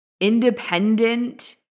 independent